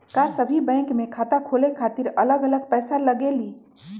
का सभी बैंक में खाता खोले खातीर अलग अलग पैसा लगेलि?